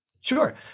Sure